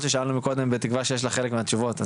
ששאלנו מקודם בתקווה שיש לך חלק מהתשובות,